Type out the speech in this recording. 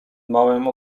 małym